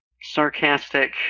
sarcastic